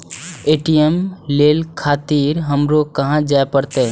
ATM ले खातिर हमरो कहाँ जाए परतें?